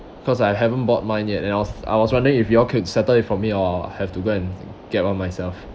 cause I haven't bought mine yet and I was I was wondering if you all could settle it for me or I have to go and get one myself